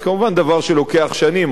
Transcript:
זה כמובן דבר שלוקח שנים.